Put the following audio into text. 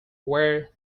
where